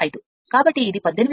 5 కాబట్టి ఇది 18 kilo watt